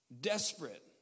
Desperate